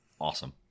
Awesome